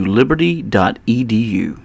liberty.edu